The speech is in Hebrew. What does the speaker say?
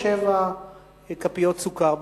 נדמה לי שש או שבע כפיות סוכר,